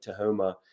Tahoma